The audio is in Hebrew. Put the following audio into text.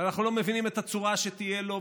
ואנחנו לא מבינים את הצורה שתהיה לו,